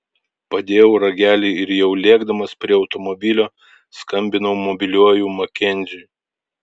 padėjau ragelį ir jau lėkdamas prie automobilio skambinau mobiliuoju makenziui